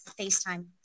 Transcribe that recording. FaceTime